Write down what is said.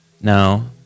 Now